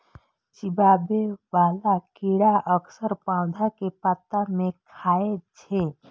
चिबाबै बला कीड़ा अक्सर पौधा के पात कें खाय छै